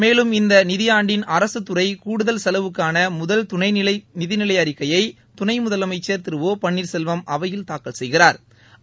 மேலம் இந்த நிதியாண்டின் அரசுத்துறை கூடுதல் செலவுக்கான முதல் துணை நிதிநிலை அறிக்கையை துணை முதலமைச்ச் திரு ஒ பன்னீர்செல்வம் அவையில் தூக்கல் செய்கிறா்